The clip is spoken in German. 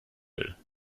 will